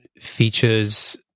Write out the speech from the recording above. features